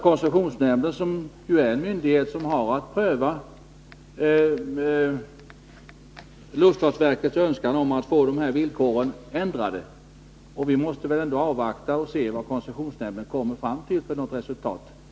Koncessionsnämnden är den myndighet som har att pröva luftfartsverkets önskan om att få villkoren ändrade, och då måste vi avvakta och se vad koncessionsnämnden kommer fram till för resultat.